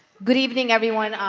good evening everyone.